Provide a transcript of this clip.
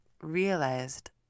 realized